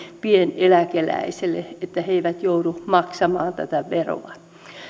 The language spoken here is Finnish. pieneläkeläiselle että he eivät joudu maksamaan tätä veroa